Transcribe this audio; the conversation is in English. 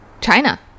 China